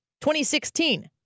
2016